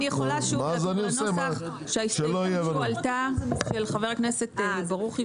אני יכולה --- ההסתייגות של חבר הכנסת ברוכי